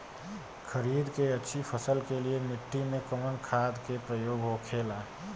खरीद के अच्छी फसल के लिए मिट्टी में कवन खाद के प्रयोग होखेला?